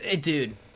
dude